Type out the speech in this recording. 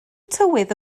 tywydd